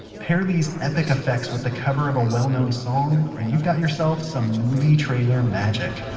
pair these epic effects with the cover of a well-known song, and you've got yourself some movie-trailer-magic